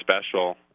special